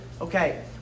Okay